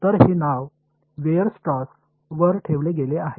तर हे नाव वेयर्सट्रास वर ठेवले गेले आहे